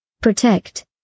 Protect